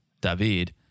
David